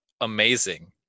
amazing